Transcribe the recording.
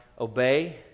obey